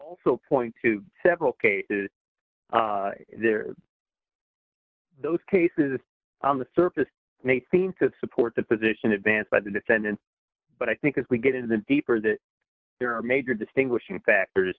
also point to several cases there are those cases on the surface may seem to support the position advanced by the defendant but i think as we get in the deeper that there are major distinguishing factors